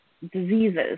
diseases